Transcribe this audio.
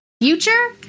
Future